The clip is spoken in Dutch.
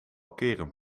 keren